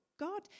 God